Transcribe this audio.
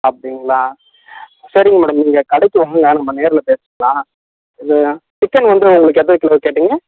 அப்படிங்களா சரிங்க மேடம் நீங்கள் கடைக்கு வாங்க நம்ம நேரில் பேசிக்கலாம் இந்த சிக்கன் வந்து உங்களுக்கு எத்தனை கிலோ கேட்டிங்க